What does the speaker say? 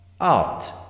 Art